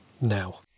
now